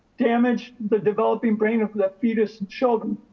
damaged the developing brain of the fetus and children.